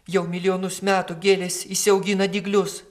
jau milijonus metų gėlės išsiaugina dyglius